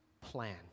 plan